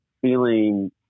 feeling